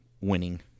winning